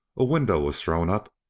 a window was thrown up,